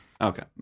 Okay